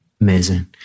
amazing